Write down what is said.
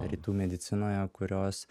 rytų medicinoje kurios